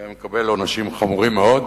והיה מקבל עונשים חמורים מאוד.